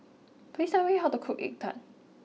please tell me how to cook egg Tart